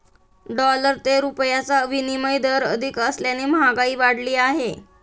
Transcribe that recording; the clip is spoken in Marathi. डॉलर ते रुपयाचा विनिमय दर अधिक असल्याने महागाई वाढली आहे